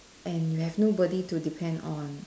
and you have nobody to depend on